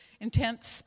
intense